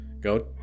go